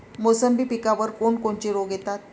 मोसंबी पिकावर कोन कोनचे रोग येतात?